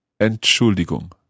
Entschuldigung